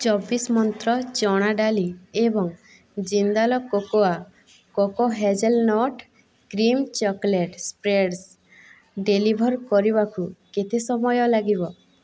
ଚବିଶ ମନ୍ତ୍ର ଚଣା ଡାଲି ଏବଂ Jindal cocoa coco hazelnut cream chocolate spreads deliver କରିବାକୁ କେତେ ସମୟ ଲାଗିବ